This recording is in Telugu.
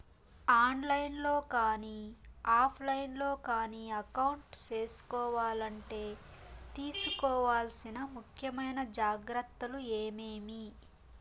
ఆన్ లైను లో కానీ ఆఫ్ లైను లో కానీ అకౌంట్ సేసుకోవాలంటే తీసుకోవాల్సిన ముఖ్యమైన జాగ్రత్తలు ఏమేమి?